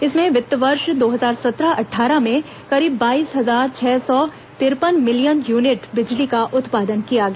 इसमें वित्त वर्ष दो हजार सत्रह अट्ठारह में करीब बाईस हजार छह सौ तिरपन मिलियन यूनिट बिजली का उत्पादन किया गया